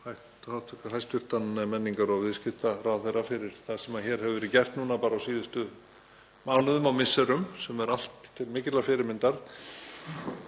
á hæstv. menningar- og viðskiptaráðherra fyrir það sem hér hefur verið gert núna bara á síðustu mánuðum og misserum, sem er allt til mikillar fyrirmyndar,